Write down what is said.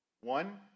One